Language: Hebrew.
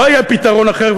לא יהיה פתרון אחר,